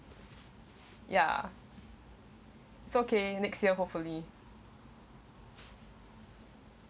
ya it's okay next year hopefully